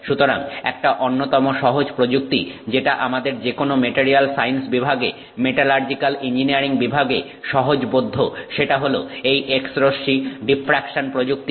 সুতরাং একটা অন্যতম সহজ প্রযুক্তি যেটা আমাদের যেকোনো মেটারিয়াল সায়েন্স বিভাগে মেটালার্জিক্যাল ইঞ্জিনিয়ারিং বিভাগে সহজবোধ্য সেটা হল এই X রশ্মি ডিফ্রাকশন প্রযুক্তি